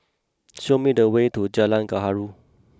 show me the way to Jalan Gaharu